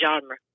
genre